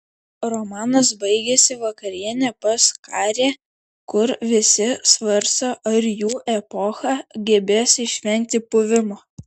romanas baigiasi vakariene pas karė kur visi svarsto ar jų epocha gebės išvengti puvimo